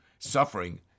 suffering